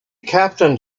captained